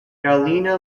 galena